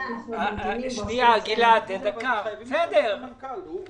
אנחנו לא הולכים לשום מקום ולא גומרים את זה עכשיו בדיון אחד.